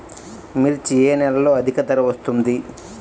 మిర్చి ఏ నెలలో అధిక ధర వస్తుంది?